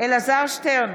אלעזר שטרן,